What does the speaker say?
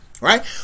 right